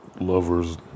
lovers